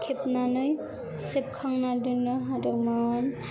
खेबनानै सेबखांना दोननो हादोंमोन